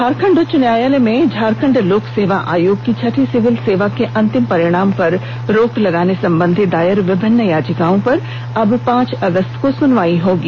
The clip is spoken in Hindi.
झारखंड उच्च न्यायालय में झारखंड लोक सेवा आयोग की छठी सिविल सेवा के अंतिम परिणाम पर रोक लगाने संबंधी दायर विभिन्न याचिकाओं पर अब पांच अगस्त को सुनवाई होगी